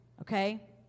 Okay